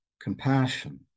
compassion